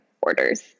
orders